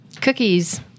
Cookies